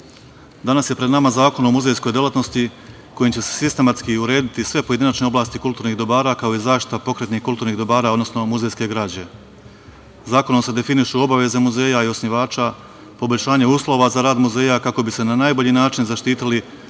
danas je pred nama Zakon o muzejskoj delatnosti kojim će se sistematski urediti sve pojedinačne oblasti kulturnih dobara, kao i zaštita pokretnih kulturnih dobara, odnosno muzejske građe. Zakonom se definišu obaveze muzeja i osnivača, poboljšanje uslova za rad muzeja kako bi se na najbolji način zaštitila